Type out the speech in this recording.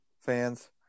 fans